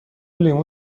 لیمو